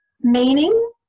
meaning